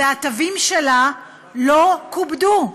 והתווים שלה לא כובדו.